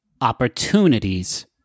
opportunities